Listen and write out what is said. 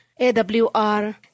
AWR